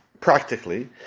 practically